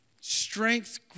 strength